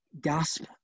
gasp